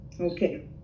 okay